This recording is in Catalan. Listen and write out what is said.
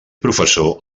professor